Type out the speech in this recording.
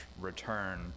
return